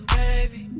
baby